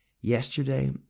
Yesterday